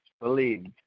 believed